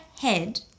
head